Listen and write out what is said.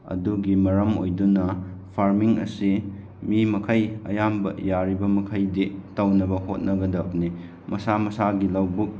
ꯑꯗꯨꯒꯤ ꯃꯔꯝ ꯑꯣꯏꯗꯨꯅ ꯐꯥꯔꯃꯤꯡ ꯑꯁꯤ ꯃꯤ ꯃꯈꯩ ꯑꯌꯥꯝꯕ ꯌꯥꯔꯤꯕ ꯃꯈꯩꯗꯤ ꯇꯧꯅꯕ ꯍꯣꯠꯅꯒꯗꯕꯅꯤ ꯃꯁꯥ ꯃꯁꯥꯒꯤ ꯂꯧꯕꯨꯛ